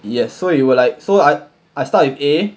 yes so you were like so I I start with A